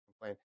complain